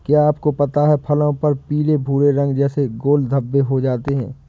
क्या आपको पता है फलों पर पीले भूरे रंग जैसे गोल धब्बे हो जाते हैं?